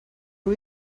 who